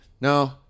No